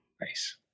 Nice